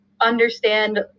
understand